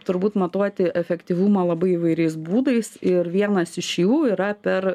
turbūt matuoti efektyvumą labai įvairiais būdais ir vienas iš jų yra per